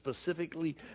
specifically